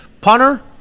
Punter